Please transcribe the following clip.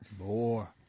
more